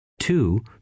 two